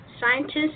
scientists